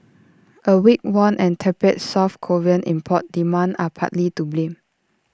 A weak won and tepid south Korean import demand are partly to blame